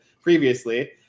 previously